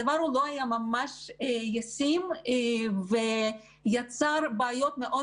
הדבר לא היה ממש ישים ויצר בעיות מאוד